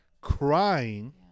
Crying